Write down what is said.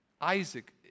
Isaac